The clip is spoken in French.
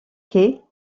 quais